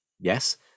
yes